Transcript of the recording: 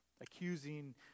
Accusing